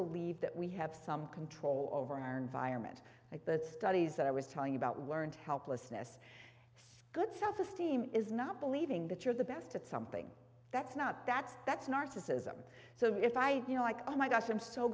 believe that we have some control over our environment like the studies that i was talking about weren't helplessness good self esteem is not believing that you're the best at something that's not that's that's narcissism so if i you know like oh my gosh i'm so